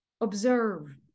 observe